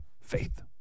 Faith